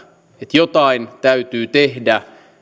jotain täytyy tehdä